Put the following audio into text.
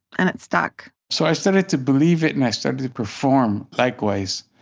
and it stuck so i started to believe it, and i started to perform likewise.